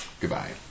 Goodbye